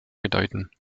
bedeuten